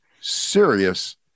Serious